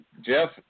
Jeff